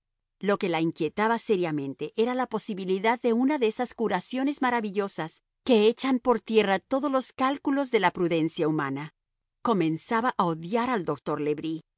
lo que la inquietaba seriamente era la posibilidad de una de esas curaciones maravillosas que echan por tierra todos los cálculos de la prudencia humana comenzaba a odiar al doctor le